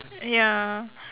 ya